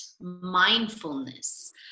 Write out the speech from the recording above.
mindfulness